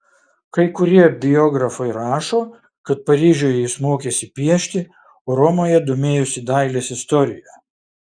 kai kurie biografai rašo kad paryžiuje jis mokėsi piešti o romoje domėjosi dailės istorija